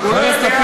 כל שנה.